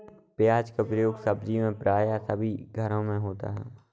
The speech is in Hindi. प्याज का प्रयोग सब्जी में प्राय सभी घरों में होता है